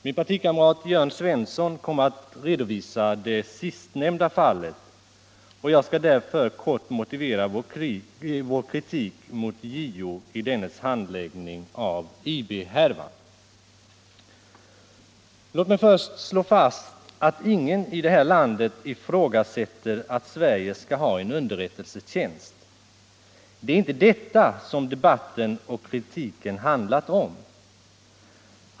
Min partikamrat Jörn Svensson kommer att redovisa det sistnämnda fallet och jag skall därför kort motivera vår kritik mot JO i dennes handläggning av IB härvan. Låt mig att till börja med slå fast att ingen i det här landet ifrågasätter att Sverige skall ha en underrättelsetjänst. Det är inte detta som debatten och kritiken handlat om.